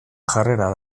jarrera